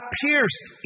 pierced